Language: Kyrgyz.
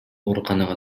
ооруканага